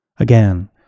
Again